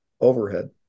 overhead